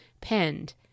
penned